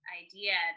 idea